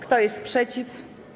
Kto jest przeciw?